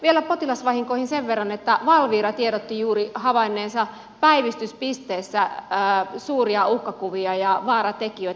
vielä potilasvahingoista sen verran että valvira tiedotti juuri havainneensa päivystyspisteissä suuria uhkakuvia ja vaaratekijöitä